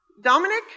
Dominic